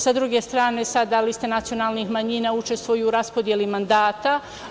Sa druge strane, sada liste nacionalnih manjina učestvuju u raspodeli mandata.